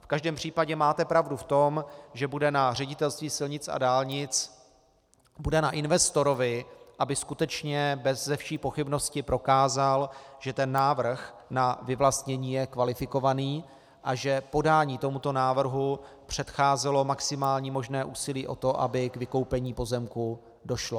V každém případě máte pravdu v tom, že bude na Ředitelství silnic a dálnic, bude na investorovi, aby skutečně beze vší pochybnosti prokázal, že návrh na vyvlastnění je kvalifikovaný a že podání tomuto návrhu předcházelo maximální možné úsilí o to, aby k vykoupení pozemku došlo.